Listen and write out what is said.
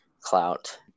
clout